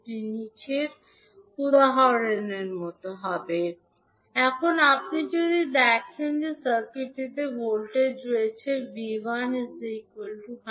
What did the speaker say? সুতরাং 𝐕1 40𝐈1 𝑗20𝐈2 𝐕2 𝑗30𝐈1 50𝐈2 এখন আপনি যদি দেখেন যে সার্কিটটিতে ভোল্টেজ রয়েছে 𝐕1 100∠0